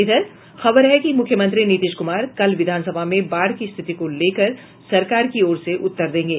इधर खबर है कि मुख्यमंत्री नीतीश कुमार कल विधानसभा में बाढ़ की स्थिति को लेकर सरकार की ओर से उत्तर देंगे